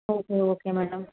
okay okay madam